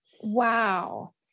Wow